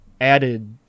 added